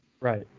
right